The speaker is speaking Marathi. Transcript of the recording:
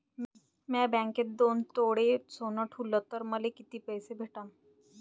म्या बँकेत दोन तोळे सोनं ठुलं तर मले किती पैसे भेटन